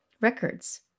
records